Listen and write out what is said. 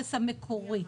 מהנכס המקורי.